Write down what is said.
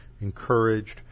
encouraged